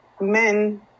men